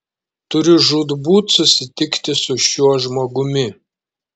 turiu žūtbūt susitikti su šiuo žmogumi